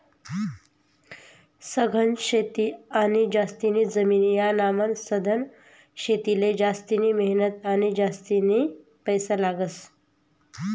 सघन शेती आणि जास्तीनी जमीन यानामान सधन शेतीले जास्तिनी मेहनत आणि जास्तीना पैसा लागस